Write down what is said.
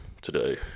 today